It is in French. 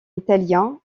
italien